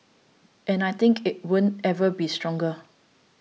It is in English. and I think it won't ever be stronger